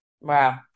Wow